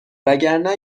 وگرنه